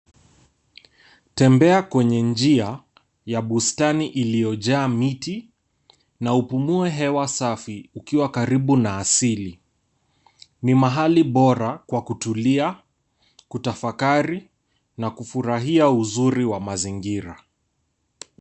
Tembea kwenye njia ya bustani iliyojaa miti na upumue hewa safi ukiwa karibu na asili. Ni mahali bora kwa kutulia, kutafakari, na kufurahia uzuri wa mazingira.